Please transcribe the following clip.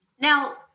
Now